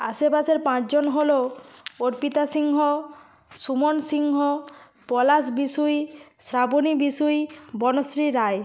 আশেপাশের পাঁচজন হলো অর্পিতা সিংহ সুমন সিংহ পলাশ বিষুই শ্রাবণী বিষুই বনশ্রী রায়